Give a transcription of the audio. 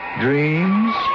dreams